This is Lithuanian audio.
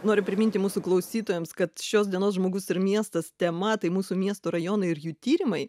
noriu priminti mūsų klausytojams kad šios dienos žmogus ir miestas tema tai mūsų miestų rajonai ir jų tyrimai